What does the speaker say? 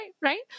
right